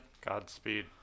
Godspeed